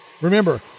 Remember